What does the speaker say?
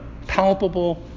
palpable